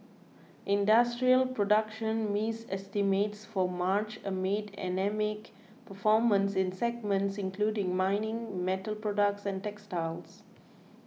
industrial production missed estimates for March amid anaemic performance in segments including mining metal products and textiles